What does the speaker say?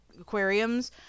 aquariums